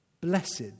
blessed